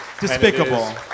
Despicable